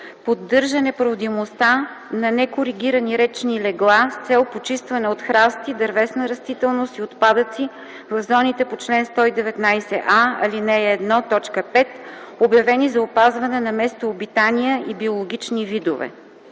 поддържане проводимостта на некоригирани речни легла с цел почистване от храсти, дървесна растителност и отпадъци в зоните по чл. 119а, ал. 1, т. 5, обявени за опазване на местообитания и биологични видове.”